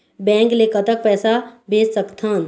Bank ले कतक पैसा भेज सकथन?